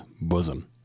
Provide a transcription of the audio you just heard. bosom